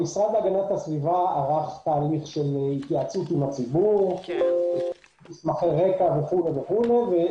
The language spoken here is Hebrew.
המשרד להגנת הסביבה ערך תהליך של התייעצות עם הציבור עם מסמכי רקע והציע